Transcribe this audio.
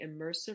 immersive